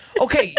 Okay